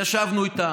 ישבנו איתם,